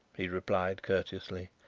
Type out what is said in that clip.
he replied courteously.